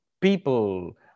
people